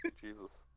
Jesus